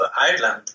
Ireland